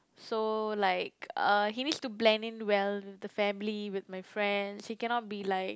so like uh he needs to blend in well with the family with my friends he cannot be like